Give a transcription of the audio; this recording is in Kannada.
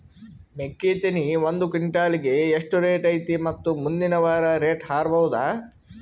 ಮೆಕ್ಕಿ ತೆನಿ ಒಂದು ಕ್ವಿಂಟಾಲ್ ಗೆ ಎಷ್ಟು ರೇಟು ಐತಿ ಮತ್ತು ಮುಂದಿನ ವಾರ ರೇಟ್ ಹಾರಬಹುದ?